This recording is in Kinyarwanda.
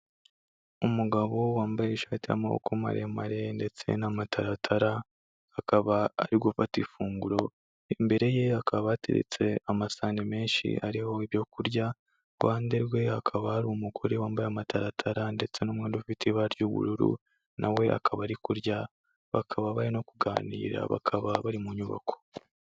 Umugabo wambaye ishati y'amabokoko maremare ndetse n'amatatara, akaba ari gufata ifunguro, imbere ye hakaba hateretse amasahani menshi ariho ibyo kurya, ku ruhande rwe hakaba hari umugore wambaye amataratara ndetse n'umwenda ufite ibara ry'ubururu nawe akaba ari kurya, bakaba bari no kuganira bakaba bari mu nyubako.